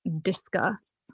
discuss